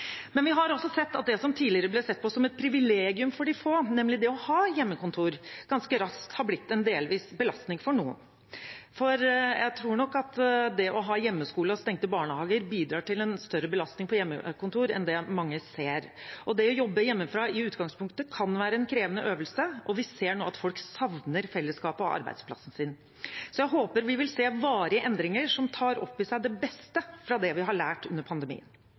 Men vi har også sett at det som tidligere ble sett på som et privilegium for de få, nemlig det å ha hjemmekontor, ganske raskt har blitt en delvis belastning for noen. For jeg tror nok at det å ha hjemmeskole og stengte barnehager bidrar til en større belastning på hjemmekontor enn det mange ser. Det å jobbe hjemmefra i utgangspunktet kan være en krevende øvelse, og vi ser nå at folk savner fellesskapet og arbeidsplassen sin. Så jeg håper vi vil se varige endringer som tar opp i seg det beste fra det vi har lært under pandemien.